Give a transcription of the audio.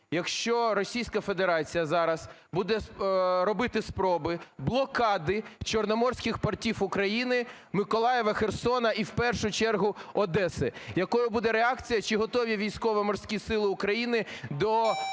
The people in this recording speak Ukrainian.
якщо Російська Федерація зараз буде робити спроби блокади чорноморських портів України Миколаєва, Херсона і в першу чергу Одеси? Якою буде реакція, чи готові Військово-Морські Сили України до